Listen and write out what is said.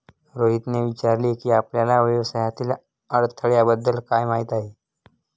रोहितने विचारले की, आपल्याला व्यवसायातील अडथळ्यांबद्दल काय माहित आहे?